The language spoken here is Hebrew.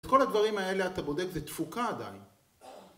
כל הדברים האלה אתה בודק זה תפוקה עדיין